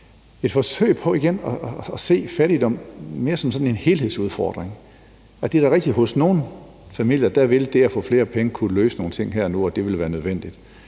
et forsøg på at se fattigdom mere som sådan en helhedsudfordring. Og det er da rigtigt, at for nogle familier ville det her med at få flere penge kunne løse nogle ting her og nu, og det ville være nødvendigt.